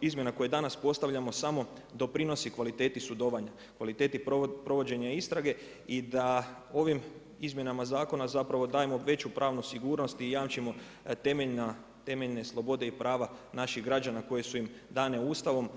izmjena koje danas postavljamo samo doprinosi kvalitetu sudovanja, kvaliteti provođenja istrage, i da ovim izmjenama zakona zapravo dajemo veću pravnu sigurnost i jamčimo temeljne slobode i prava naših građana koje su im dane Ustavom.